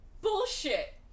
Bullshit